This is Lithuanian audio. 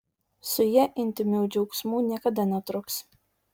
su ja intymių džiaugsmų niekada netruks